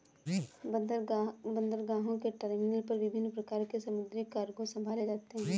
बंदरगाहों के टर्मिनल पर विभिन्न प्रकार के समुद्री कार्गो संभाले जाते हैं